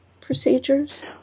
procedures